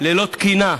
ללא תקינה,